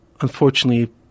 unfortunately